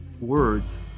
words